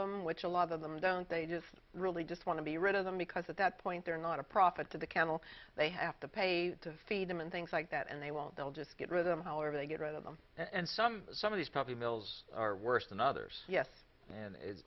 them which a lot of them don't they just really just want to be rid of them because at that point they're not a profit to the kennel they have to pay to feed them and things like that and they won't they'll just get rid of however they get rid of them and some some of these probably bills are worse than others yes and it